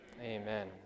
Amen